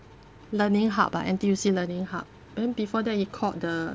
learning hub ah N_T_U_C learning hub then before that he called the